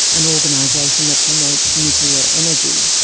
an organisation that promotes nuclear energy.